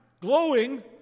glowing